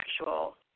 actual